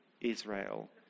Israel